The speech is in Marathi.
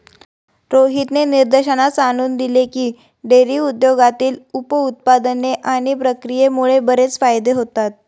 रोहितने निदर्शनास आणून दिले की, डेअरी उद्योगातील उप उत्पादने आणि प्रक्रियेमुळे बरेच फायदे होतात